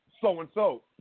so-and-so